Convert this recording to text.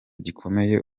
gikomeye